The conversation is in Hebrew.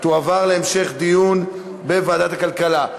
תועבר להמשך דיון בוועדת הכלכלה.